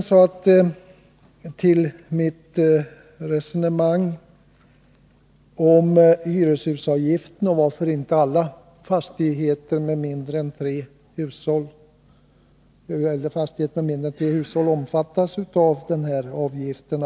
Jag tog upp ett resonemang om hyreshusavgifterna och undrade varför inte alla fastigheter med mindre än tre hushåll omfattas av den avgiften.